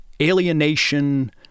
alienation